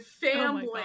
family